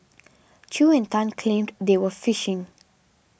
Chew and Tan claimed they were fishing